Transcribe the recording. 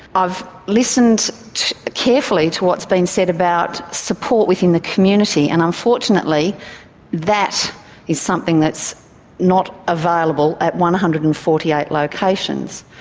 i've listened carefully to what's been said about support within the community and unfortunately that is something that's not available at one hundred and forty eight locations.